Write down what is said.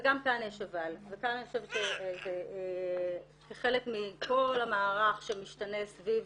וגם כאן יש "אבל" וכאן אני חושבת שכחלק מכל המערך שמשתנה סביב